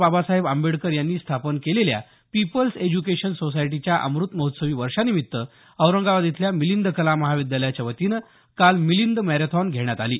बाबासाहेब आंबेडकर यांनी स्थापन केलेल्या पीपल्स एज्युकेशन सोसायटीच्या अमृत महोत्सवी वर्षानिमित्त औरंगाबाद इथल्या मिलिंद कला महाविद्यालयाच्या वतीनं काल मिलिंद मॅरेथॉन घेण्यात आली